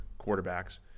quarterbacks